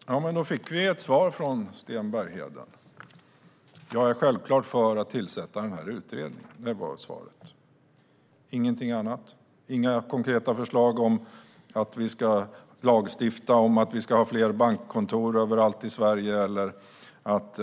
Fru talman! Då fick vi ett svar från Sten Bergheden. Svaret var att han självklart är för att tillsätta utredningen. Han sa ingenting annat och gav inga konkreta förslag om att vi ska lagstifta om fler bankkontor överallt i Sverige eller att